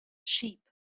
sheep